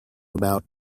about